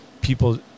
People